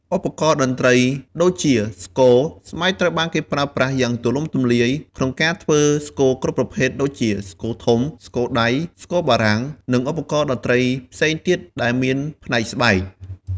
ឧបករណ៍តន្រ្តី ដូចជា ស្គរ ស្បែកត្រូវបានគេប្រើប្រាស់យ៉ាងទូលំទូលាយក្នុងការធ្វើស្គរគ្រប់ប្រភេទ ដូចជា ស្គរធំ ស្គរដៃ ស្គរបារាំង និងឧបករណ៍តន្ត្រីផ្សេងទៀតដែលមានផ្នែកស្បែក។